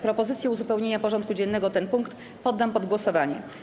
Propozycję uzupełnienia porządku dziennego o ten punkt poddam pod głosowanie.